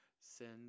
Send